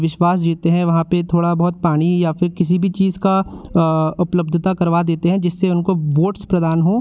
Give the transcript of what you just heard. विश्वास जीतते हैं वहाँ पर थोड़ा बहुत पानी या फिर किसी भी चीज़ का उपलब्धता करवा देते हैं जिससे उनको वोट्स प्रदान हों